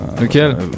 lequel